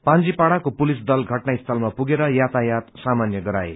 पांजीपाड़ाको police दल घटनास्थलमा पुगेर यातायात सामान्य गराए